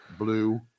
Blue